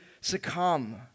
succumb